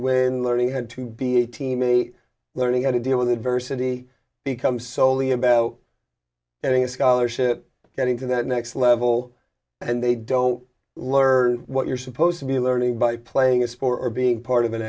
win learning how to be a teammate learning how to deal with adversity become soley about getting a scholarship getting to that next level and they don't learn what you're supposed to be learning by playing a sport or being part of an